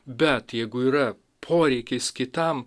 bet jeigu yra poreikis kitam